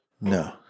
No